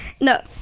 no